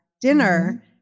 dinner